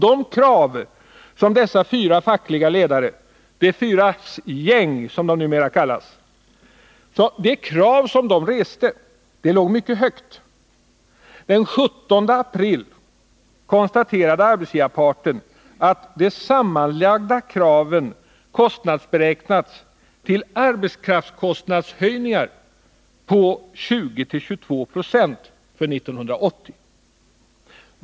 De krav som dessa fyra fackliga ledare — ”de fyras gäng”, som de numera kallas — reste låg mycket högt. Den 17 april konstaterade arbetsgivarparten att de sammanlagda kraven hade kostnadsberäknats till arbetskraftskostnadshöjningar på 20-22 70 för 1980.